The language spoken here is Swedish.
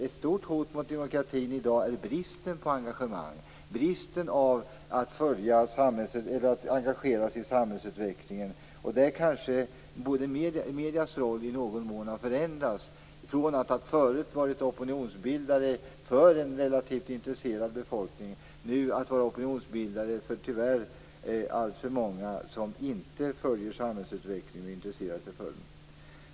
Ett stort hot mot demokratin i dag är bristen på engagemang i samhällsutvecklingen. Här kanske mediernas roll i någon mån har förändrats: från att ha varit opinionsbildare för en relativt intresserad befolkning till att vara opinionsbildare för alltför många - tyvärr - som inte följer och intresserar sig för samhällsutvecklingen.